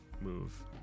move